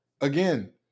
again